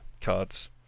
cards